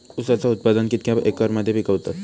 ऊसाचा उत्पादन कितक्या एकर मध्ये पिकवतत?